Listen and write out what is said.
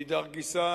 מאידך גיסא,